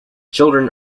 children